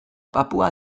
papua